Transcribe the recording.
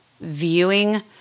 viewing